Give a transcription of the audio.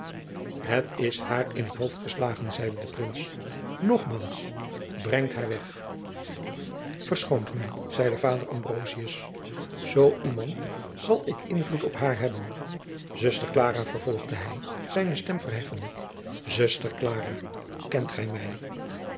het is haar in het hoofd geslagen zeide de prins nogmaals brengt haar weg verschoon mij zeide vader ambrosius zoo iemand zal ik invloed op haar hebben zuster klara vervolgde hij zijne stem verheffende zuster klara kent gij mij